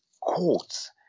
courts